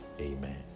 Amen